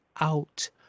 out